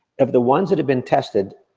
of the ones that have been tested,